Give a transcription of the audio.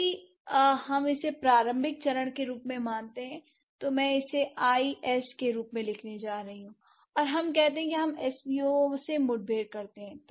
यदि हम इसे प्रारंभिक चरण के रूप में मानते हैं तो मैं इसे आईएस के रूप में लिखने जा रही हूं और हम कहते हैं कि हम एसवीओ से मुठभेड़ करते हैं